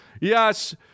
Yes